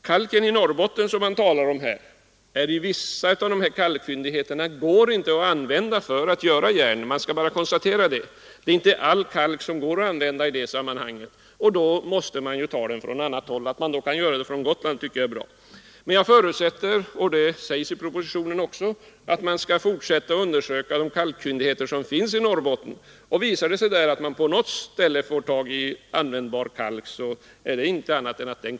Kalken i vissa av fyndigheterna i Norrbotten, som motionärerna här talar om, går inte att använda för att göra järn; jag kan bara konstatera det. All kalk går inte att använda i det sammanhanget, och om man inte kan använda Norrbottenskalken måste man ta den från annat håll. Jag tycker att det är bra att man då kan ta den från Gotland. Jag förutsätter emellertid, vilket också sägs i propositionen, att man skall fortsätta att undersöka de kalkfyndigheter som finns i Norrbotten. Visar det sig att man där på något ställe får tag i användbar kalk kommer man givetvis att använda den.